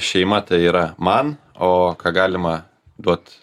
šeima tai yra man o ką galima duot